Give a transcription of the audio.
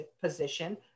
position